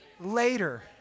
Later